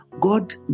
God